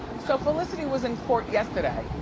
so felicity was in court yesterday.